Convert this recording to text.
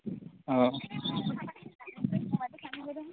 অঁ